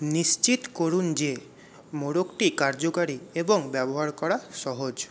নিশ্চিত করুন যে মোড়কটি কার্যকারী এবং ব্যবহার করা সহজ